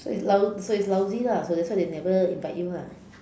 so it's lou~ so it's lousy lah so that's why they never invite you lah